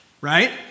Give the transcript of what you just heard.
Right